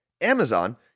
Amazon